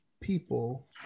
people